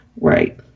Right